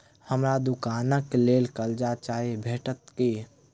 हमरा दुकानक लेल कर्जा चाहि भेटइत की?